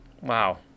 Wow